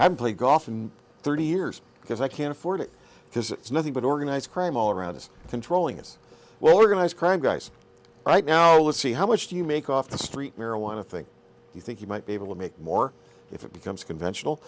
i play golf and thirty years because i can afford it because it's nothing but organized crime all around us controlling as well organized crime guys right now let's see how much do you make off the street marijuana thing you think you might be able to make more if it becomes conventional